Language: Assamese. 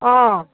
অঁ